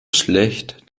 schlecht